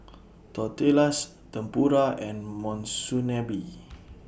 Tortillas Tempura and Monsunabe